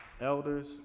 Elders